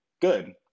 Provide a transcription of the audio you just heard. good